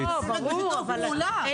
--- לא, ברור --- אני